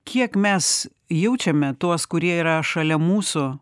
kiek mes jaučiame tuos kurie yra šalia mūsų